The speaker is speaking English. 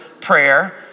prayer